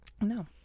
No